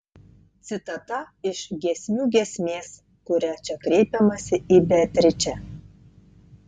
citata iš giesmių giesmės kuria čia kreipiamasi į beatričę